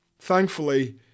Thankfully